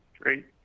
Great